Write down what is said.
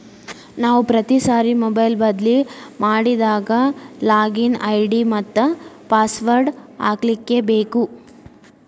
ನಾವು ಪ್ರತಿ ಸಾರಿ ಮೊಬೈಲ್ ಬದ್ಲಿ ಮಾಡಿದಾಗ ಲಾಗಿನ್ ಐ.ಡಿ ಮತ್ತ ಪಾಸ್ವರ್ಡ್ ಹಾಕ್ಲಿಕ್ಕೇಬೇಕು